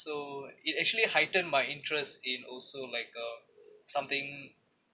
so it actually heighten my interest in also like um something